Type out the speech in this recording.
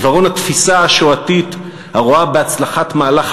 עיוורון התפיסה השואתית הרואה בהצלחת מהלך